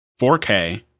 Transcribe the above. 4K